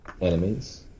enemies